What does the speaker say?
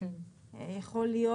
יכול להיות